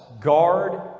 guard